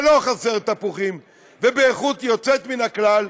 ולא חסרים תפוחים באיכות יוצאת מן הכלל,